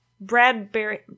Bradbury